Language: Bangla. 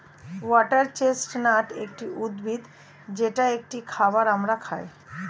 ওয়াটার চেস্টনাট একটি উদ্ভিদ যেটা একটি খাবার আমরা খাই